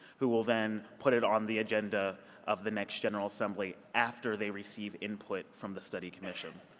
who will then put it on the agenda of the next general assembly after they receive input from the study commission.